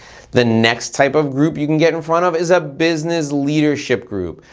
the next type of group you can get in front of is a business leadership group.